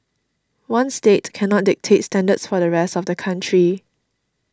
one state can not dictate standards for the rest of the country